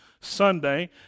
Sunday